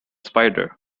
spider